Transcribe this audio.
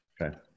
Okay